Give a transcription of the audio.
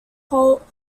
holt